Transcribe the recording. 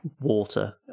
water